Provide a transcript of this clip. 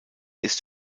ist